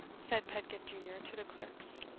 said pedgift junior to the clerks,